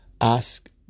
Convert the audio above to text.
Ask